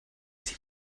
sie